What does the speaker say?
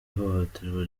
ihohoterwa